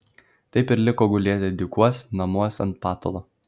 taip ir liko gulėti dykuos namuos ant patalo